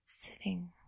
sitting